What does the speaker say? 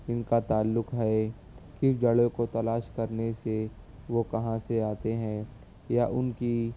ان کا تعلق ہے کس جڑوں کو تلاش کرنے سے وہ کہاں سے آتے ہیں یا ان کی